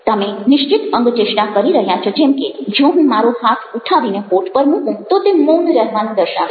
તમે નિશ્ચિત અંગચેષ્ટા કરી રહ્યા છો જેમ કે જો હું મારો હાથ ઉઠાવીને હોઠ પર મૂકું તો તે મૌન રહેવાનું દર્શાવે છે